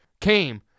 came